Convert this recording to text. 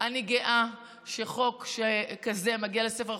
אני גאה שחוק כזה מגיע לספר החוקים.